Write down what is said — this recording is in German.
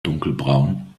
dunkelbraun